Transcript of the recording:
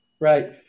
Right